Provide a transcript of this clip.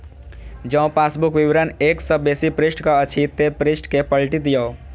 जौं पासबुक विवरण एक सं बेसी पृष्ठक अछि, ते पृष्ठ कें पलटि दियौ